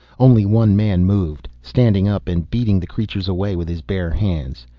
only one man moved, standing up and beating the creatures away with his bare hands.